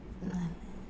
जालें